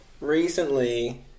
recently